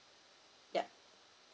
yup